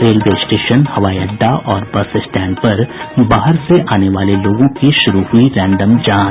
railway station हवाई अड्डा और बस स्टैंड पर बाहर से आने वाले लोगों की शुरू हुई रैंडम जांच